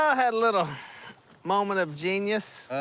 ah had a little moment of genius.